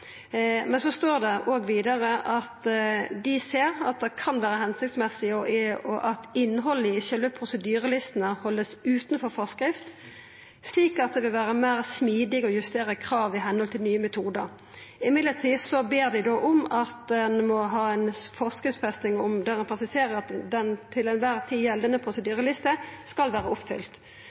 Men så står det òg vidare at dei ser at det kan vera hensiktsmessig at innhaldet i sjølve prosedyrelistene vert halde utanfor forskrift, slik at det vil vera meir smidig å justera krav i samsvar med nye metodar. Likevel ber dei om at ein må ha ei forskriftsfesting der ein presiserer at den til kvar tid gjeldande prosedyreliste skal vera oppfylt. Kan dette vera ein måte å løysa denne saka på,